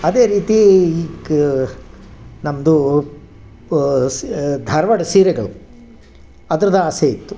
ಅದೇ ರೀತಿ ಈ ಕ್ ನಮ್ಮದು ಪ ಸೀ ಧಾರ್ವಾಡ ಸೀರೆಗಳು ಅದ್ರದ್ದು ಆಸೆ ಇತ್ತು